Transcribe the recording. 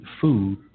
food